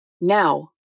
Now